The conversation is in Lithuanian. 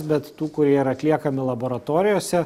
bet tų kurie atliekami laboratorijose